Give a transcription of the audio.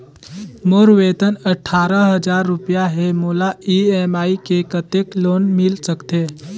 मोर वेतन अट्ठारह हजार रुपिया हे मोला ई.एम.आई मे कतेक लोन मिल सकथे?